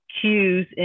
cues